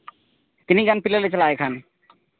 ᱛᱤᱱᱟᱹᱜ ᱜᱟᱱ ᱯᱞᱮᱭᱟᱨ ᱞᱮ ᱪᱟᱞᱟᱜᱼᱟ ᱮᱱᱠᱷᱟᱱ